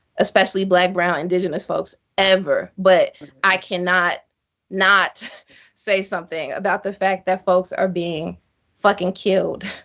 especially black, brown, indigenous folks. ever. but i cannot not say something about the fact that folks are being fucking killed.